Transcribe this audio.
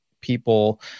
people